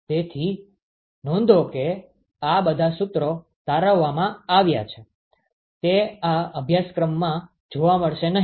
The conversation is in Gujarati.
તેથી નોંધો કે આ બધા સુત્રો તારવવામાં આવ્યા છે તે આ અભ્યાસક્રમમાં જોવા મળશે નહી